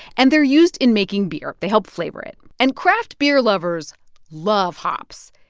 and they're used in making beer. they help flavor it. and craft beer lovers love hops.